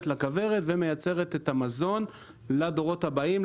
לכוורת ומייצרת את המזון לדורות הבאים,